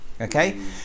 Okay